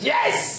Yes